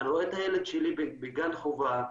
אני רואה את הילד שלי בגן חובה,